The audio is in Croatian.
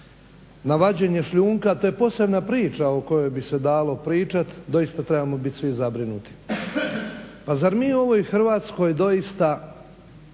na vađenje šljunka, to je posebna priča o kojoj bi se dalo pričat, doista trebamo biti svi zabrinuti. Pa zar mi u ovoj Hrvatskoj doista